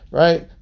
right